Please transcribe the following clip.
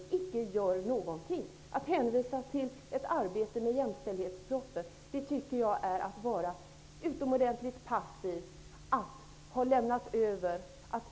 Hon inser ju hur situationen är. Att hänvisa till ett arbete med jämställdhetspropositionen tycker jag visar att man är utomordentligt passiv -- att man har lämnat över ansvaret.